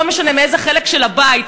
לא משנה מאיזה חלק של הבית.